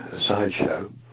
sideshow